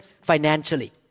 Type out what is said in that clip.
financially